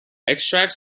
extracts